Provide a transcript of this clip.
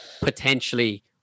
potentially